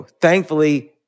thankfully